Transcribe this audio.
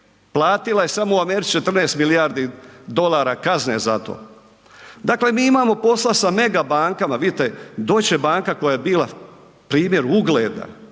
platila je samo u Americi 14 milijardi dolara kazne za to. Dakle, mi imamo posla sa mega bankama, vidite Deutsche Banka koja je bila primjer ugleda,